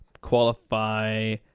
qualify